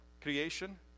creation